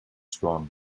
strong